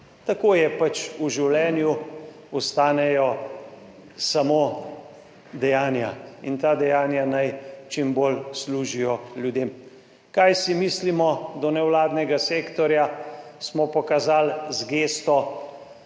Tako je pač v življenju, ostanejo samo dejanja in ta dejanja naj čim bolj služijo ljudem. Kaj si mislimo do nevladnega sektorja, smo pokazali z gesto